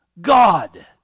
God